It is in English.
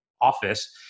office